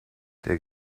der